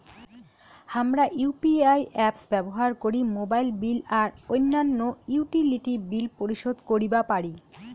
হামরা UPI apps ব্যবহার করি মোবাইল বিল আর অইন্যান্য ইউটিলিটি বিল পরিশোধ করিবা পারি